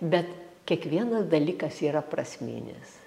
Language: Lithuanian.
bet kiekvienas dalykas yra prasminis